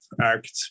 act